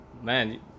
Man